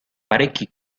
parecchi